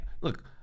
look